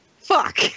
fuck